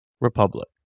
Republic